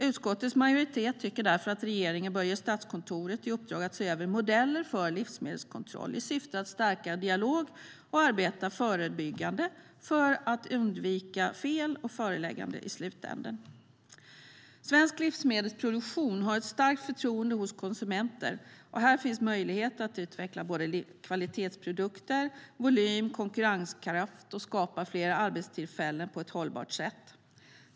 Utskottets majoritet tycker därför att regeringen bör ge Statskontoret i uppdrag att se över modeller för livsmedelskontroll i syfte att stärka dialog och arbeta förebyggande för att undvika fel och förelägganden i slutändan. Svensk livsmedelsproduktion har ett starkt förtroende hos konsumenter. Här finns möjlighet både att utveckla kvalitetsprodukter, volym och konkurrenskraft och att skapa fler arbetstillfällen på ett hållbart sätt.